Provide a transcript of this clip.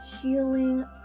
healing